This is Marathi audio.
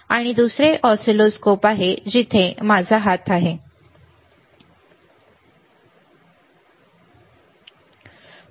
आणि दुसरे ऑसिलोस्कोप आहेत जिथे माझा हात ऑसिलोस्कोपवर आहे ठीक आहे